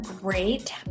great